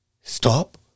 Stop